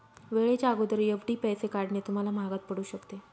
वेळेच्या अगोदर एफ.डी पैसे काढणे तुम्हाला महागात पडू शकते